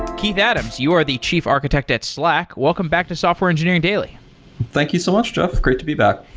keith adams, you are the chief architect at slack. welcome back to software engineering daily thank you so much, jeff. great to be back.